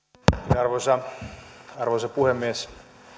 arvoisa arvoisa puhemies